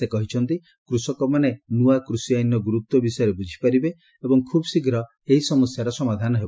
ସେ କହିଛନ୍ତି କୃଷକମାନେ ନୂଆ କୃଷିଆଇନ୍ର ଗୁରୁତ୍ୱ ବିଷୟରେ ବୁଝିପାରିବେ ଏବଂ ଖୁବ୍ ଶୀଘ୍ର ଏହି ସମସ୍ୟାର ସମାଧାନ ହେବ